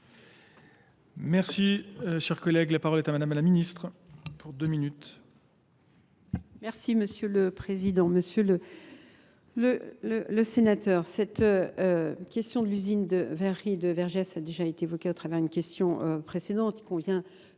Merci, cher collègue. La parole est à Madame la Ministre pour deux minutes. Merci, Monsieur le Président. Le sénateur, cette question de l'usine de Verri et de Vergès a déjà été évoquée à travers une question précédente.